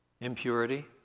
Impurity